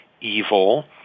evil